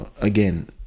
again